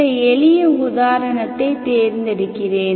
சில எளிய உதாரணத்தை தேர்ந்தெடுக்கிறேன்